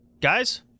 Guys